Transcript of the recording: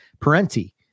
parenti